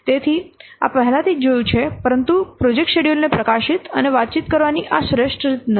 તેથી આ પહેલાથી જ જોયું છે પરંતુ પ્રોજેક્ટ શેડ્યૂલ ને પ્રકાશિત અને વાતચીત કરવાની આ શ્રેષ્ઠ રીત નથી